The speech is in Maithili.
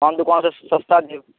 आन दोकान से सस्ता देब